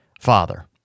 father